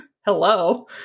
Hello